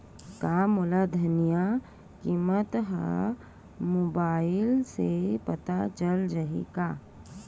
का मोला धनिया किमत ह मुबाइल से पता चल जाही का?